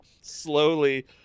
slowly